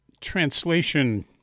translation